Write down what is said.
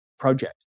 project